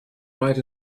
right